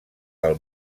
del